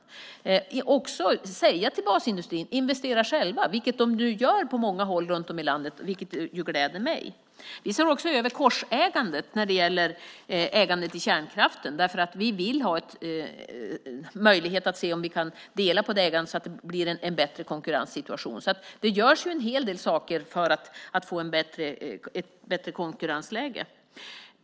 Vi kan också säga till basindustrin att de ska investera själva, vilket de nu gör på många håll runt om i landet. Det gläder mig. Vi ser också över korsägandet när det gäller ägandet av kärnkraften. Vi vill se om det finns en möjlighet att dela på det ägandet så att det blir en bättre konkurrenssituation. Det görs alltså en hel del saker för att få ett bättre konkurrensläge.